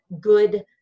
good